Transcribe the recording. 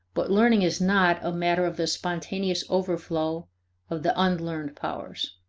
but learning is not a matter of the spontaneous overflow of the unlearned powers.